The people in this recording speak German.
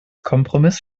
kompromiss